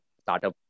startup